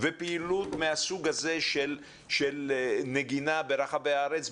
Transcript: ופעילות מהסוג הזה של נגינה ברחבי הארץ,